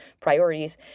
priorities